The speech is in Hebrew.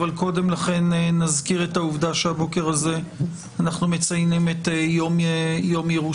אבל קודם לכן נזכיר את העובדה שהבוקר הזה אנחנו מציינים את יום ירושלים.